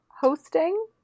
hosting